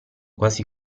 quasi